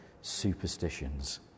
superstitions